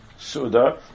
Suda